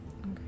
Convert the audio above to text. Okay